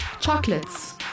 Chocolates